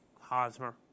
Hosmer